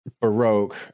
baroque